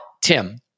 Tim